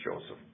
Joseph